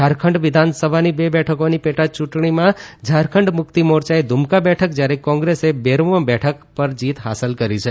ઝારખંડ વિધાનસભાની બે બેઠકોની પેટાયુંટણીના ઝારખંડ મુકિત મોરચાએ દુમકા બેઠક જયારે કોંગ્રેસે બેરચો બેઠક પર જીત હાંસલ કરી છે